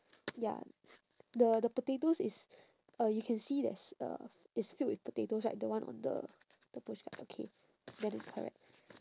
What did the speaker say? ya the the potatoes is uh you can see there's uh it's filled with potatoes right the one on the the pushcart ah okay then it's correct